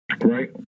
right